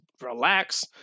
relax